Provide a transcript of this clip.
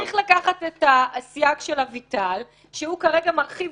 צריך לקחת את הסייג של אביטל, שמרחיב